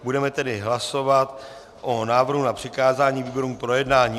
Budeme tedy hlasovat o návrhu na přikázání výborům k projednání.